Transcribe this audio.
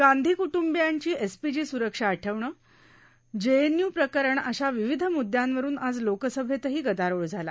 गांधी क्टुंबियांची एसपीजी स्रक्षा हटवणं जेएनय् प्रकरण अशा विविध म्द्यांवरुन आज लोकसभेत हा गदारोळ झाला